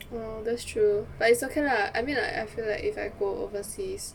orh that's true but it's okay lah I mean like I feel like if I go overseas